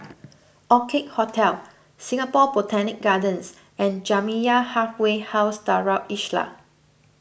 Orchid Hotel Singapore Botanic Gardens and Jamiyah Halfway House Darul Islah